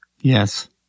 Yes